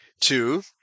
two